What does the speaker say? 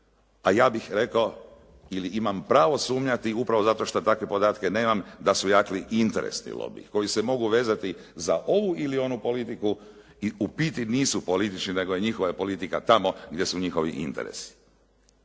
a ja bih rekao ili imam pravo sumnjati upravo zato što takve podatke nemam, da su jaki interesni lobiji koji se mogu vezati za ovu ili onu politiku i u biti nisu politički nego njihova je politika tamo gdje su njihovi interesi.